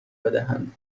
بدهند